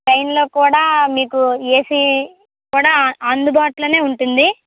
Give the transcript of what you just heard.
ట్రైన్లో కూడా మీకు ఏసీ కూడా అందుబాటులోనే ఉంటుంది